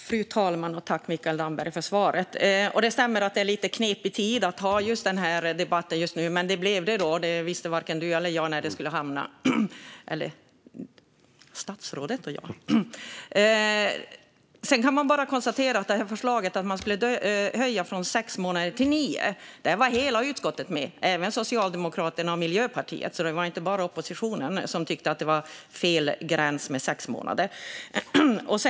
Fru talman! Tack, Mikael Damberg, för svaret! Det stämmer att det är lite knepigt att ha denna debatt just nu, men så blev det. Varken statsrådet eller jag visste när det skulle bli. Man kan bara konstatera att hela utskottet var med på förslaget att höja från sex månader till nio, även Socialdemokraterna och Miljöpartiet. Det var alltså inte bara oppositionen som tyckte att det var fel med en gräns på sex månader.